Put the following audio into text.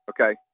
okay